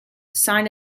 sign